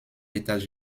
états